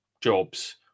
jobs